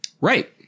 Right